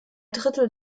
drittel